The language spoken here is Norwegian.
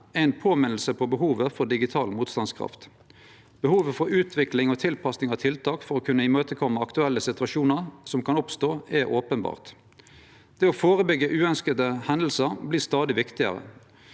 er ei påminning om behovet for digital motstandskraft. Behovet for utvikling og tilpassing av tiltak for å kunne imøtekome aktuelle situasjonar som kan oppstå, er openbert. Det å førebyggje uønskte hendingar vert stadig viktigare.